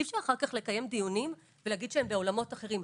אי אפשר לקיים דיונים ולהגיד שהם בעולמות אחרים.